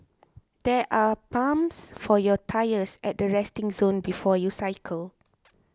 there are pumps for your tyres at the resting zone before you cycle